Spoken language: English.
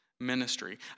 ministry